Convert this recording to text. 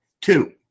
Two